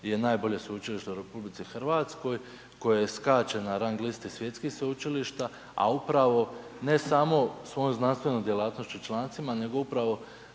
je najbolje sveučilište u RH, koje skače na rang liste svjetskih sveučilišta a upravo ne samo svojom znanstvenom djelatnošću i člancima nego upravo